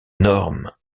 énorme